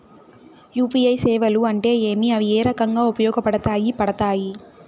UPI సేవలు అంటే ఏమి, అవి ఏ రకంగా ఉపయోగపడతాయి పడతాయి?